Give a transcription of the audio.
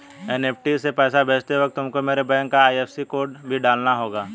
NEFT से पैसा भेजते वक्त तुमको मेरे बैंक का आई.एफ.एस.सी कोड भी डालना होगा